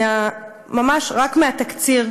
ממש רק מהתקציר,